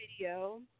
video